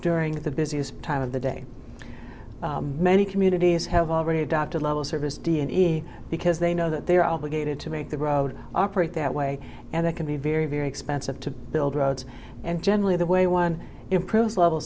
during the busiest time of the day many communities have already adopted level service d n e because they know that they are all gated to make the road operate that way and they can be very very expensive to build roads and generally the way one improves level